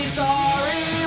sorry